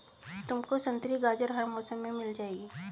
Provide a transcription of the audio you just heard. तुमको संतरी गाजर हर मौसम में मिल जाएगी